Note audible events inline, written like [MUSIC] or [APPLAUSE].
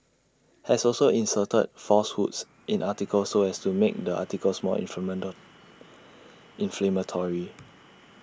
has also inserted falsehoods [NOISE] in articles so as to make the articles more [UNINTELLIGIBLE] inflammatory